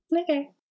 Okay